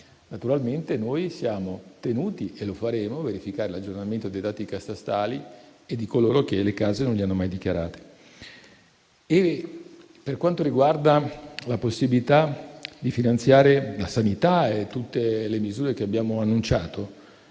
Naturalmente, noi siamo tenuti - e lo faremo - a verificare l'aggiornamento dei dati catastali e quelli di coloro che le case non le hanno mai dichiarate. Per quanto riguarda la possibilità di finanziare la sanità e tutte le misure che abbiamo annunciato,